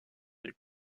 des